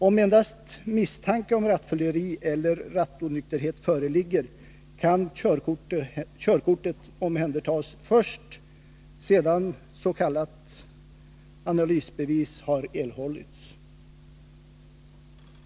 Om endast misstanke om rattfylleri eller rattonykterhet föreligger, kan körkortet omhändertas först sedan det s.k. analysbeviset har erhållits.